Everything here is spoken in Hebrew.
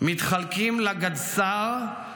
"מתחלקים לגדס"ר,